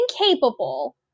incapable